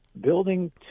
Building